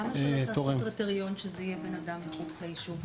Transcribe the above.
למה שלא תעשו קריטריון שזה יהיה בן אדם מחוץ ליישוב?